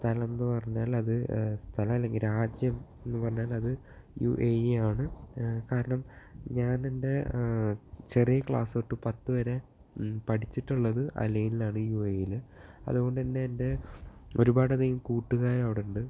സ്ഥലം എന്ന് പറഞ്ഞൽ അത് സ്ഥലം അല്ലെങ്കില് രാജ്യം എന്ന് പറഞ്ഞാലത് യു എ ഇ ആണ് കാരണം ഞാനെന്റെ ചെറിയ ക്ലാസ്സ് തൊട്ടു പത്തുവരെ പഠിച്ചിട്ടുള്ളത് അലൈനിലാണ് യു എ യില് അതു കൊണ്ട് തന്നെ എന്റെ ഒരുപാടധികം കൂട്ടുകാരവിടെ ഉണ്ട്